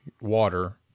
water